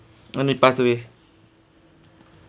then he pass away